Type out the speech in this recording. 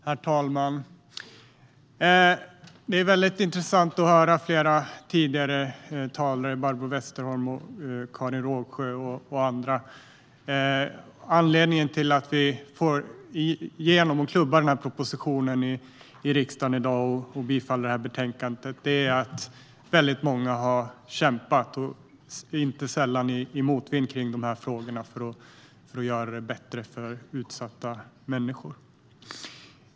Herr talman! Det har varit intressant att höra tidigare talare - Barbro Westerholm, Karin Rågsjö och andra. Anledningen till att propositionen kan klubbas igenom i riksdagen i dag med ett bifall till förslaget i betänkandet är att många har kämpat, inte sällan i motvind, i dessa frågor för att göra det bättre för utsatta människor.